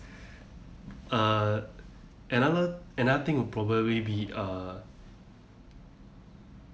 uh another another thing would probably be uh